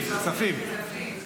הכספים.